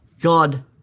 God